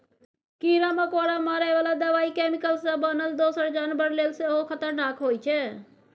कीरा मकोरा मारय बला दबाइ कैमिकल सँ बनल दोसर जानबर लेल सेहो खतरनाक होइ छै